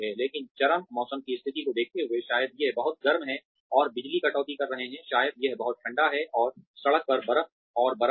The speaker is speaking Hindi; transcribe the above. लेकिन चरम मौसम की स्थिति को देखते हुए शायद यह बहुत गर्म है और बिजली कटौती कर रहे हैं शायद यह बहुत ठंडा है और सड़क पर बर्फ और बर्फ है